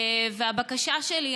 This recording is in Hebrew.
והבקשה שלי,